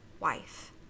wife